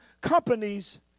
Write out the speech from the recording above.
companies